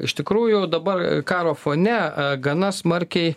iš tikrųjų dabar karo fone gana smarkiai